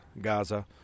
Gaza